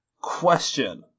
Question